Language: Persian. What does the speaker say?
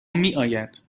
میآید